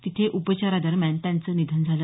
तेथे उपचारादरम्यान त्यांचं निधन झालं